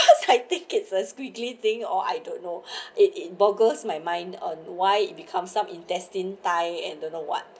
cause I think it is a squiggly thing or I don't know it it boggles my mind on why become some intestine tie and don't know what